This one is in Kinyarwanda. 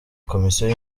komisiyo